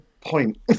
point